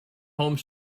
home